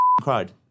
cried